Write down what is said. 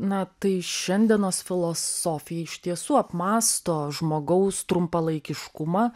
na tai šiandienos filosofija iš tiesų apmąsto žmogaus trumpalaikiškumą